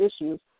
issues